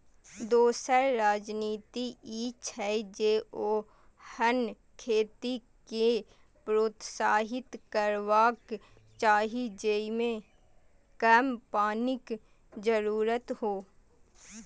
दोसर रणनीति ई छै, जे ओहन खेती कें प्रोत्साहित करबाक चाही जेइमे कम पानिक जरूरत हो